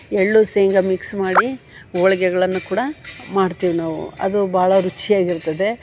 ಎಳ್ಳು ಶೇಂಗ ಮಿಕ್ಸ್ ಮಾಡಿ ಹೋಳ್ಗೆಗಳನ್ನು ಕೂಡ ಮಾಡ್ತೀವಿ ನಾವು ಅದು ಭಾಳ ರುಚಿಯಾಗಿರ್ತದೆ